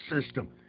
system